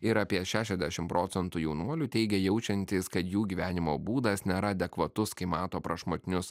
ir apie šešiasdešim procentų jaunuolių teigia jaučiantys kad jų gyvenimo būdas nėra adekvatus kai mato prašmatnius